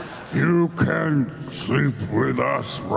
you can sleep with us,